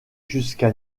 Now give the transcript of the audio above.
jusqu’à